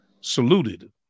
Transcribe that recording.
saluted